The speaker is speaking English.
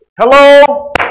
Hello